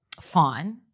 fine